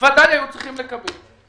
שבוודאי היו צריכים לקבל.